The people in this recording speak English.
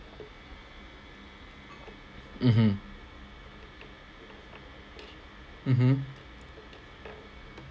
mmhmm mmhmm